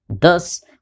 Thus